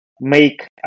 make